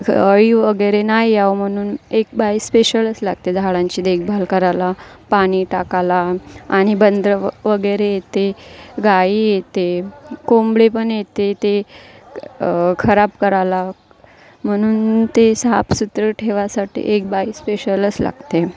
अळी वगैरे नाही यावं म्हणून एक बाई स्पेशलच लागते झाडांची देखभाल करायला पानी टाकायला आणि बंदरं व वगैरे येते गाई येते कोंबळे पण येते ते खराब करायला म्हणून ते साफसुथरं ठेवासाठी एक बाई स्पेशलच लागते